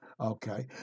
Okay